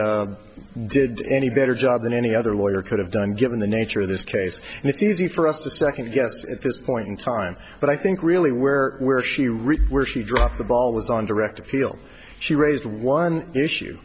did did any better job than any other lawyer could have done given the nature of this case and it's easy for us to second guess at this point in time but i think really where where she really where she dropped the ball was on direct appeal she raised one issue